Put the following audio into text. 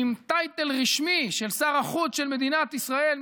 עם טייטל רשמי של שר החוץ של מדינת ישראל,